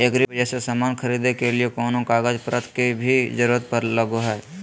एग्रीबाजार से समान खरीदे के लिए कोनो कागज पतर के भी जरूरत लगो है?